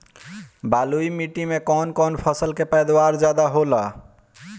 बालुई माटी में कौन फसल के पैदावार ज्यादा होला?